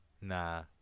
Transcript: Nah